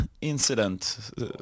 incident